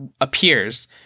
appears